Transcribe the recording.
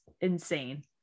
insane